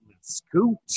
scoot